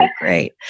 great